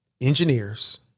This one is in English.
Engineers